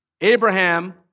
Abraham